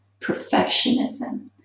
Perfectionism